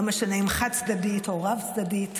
לא משנה אם חד-צדדית או רב-צדדית.